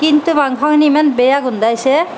কিন্তু মাংসখিনি ইমান বেয়া গোন্ধাইছে